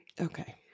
Okay